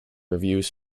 reviews